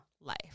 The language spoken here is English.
life